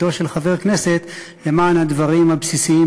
בתפקידו של חבר הכנסת למען הדברים הבסיסיים,